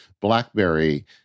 BlackBerry